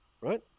Right